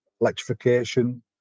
electrification